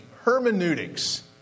Hermeneutics